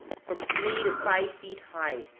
from three to five feet high,